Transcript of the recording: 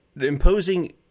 imposing